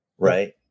Right